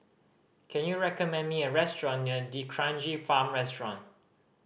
can you recommend me a restaurant near D'Kranji Farm restaurant